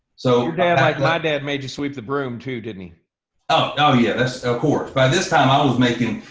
so your dad like my dad made you sweep the broom too, didn't he? oh yeah, of ah course, by this time i was making.